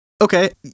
Okay